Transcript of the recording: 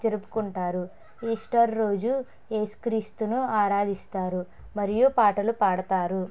జరుపుకుంటారు ఈస్టర్ రోజు యేసుక్రీస్తును ఆరాధిస్తారు మరియు పాటలు పాడుతారు